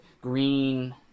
green